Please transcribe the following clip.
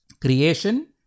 creation